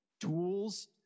tools